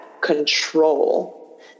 control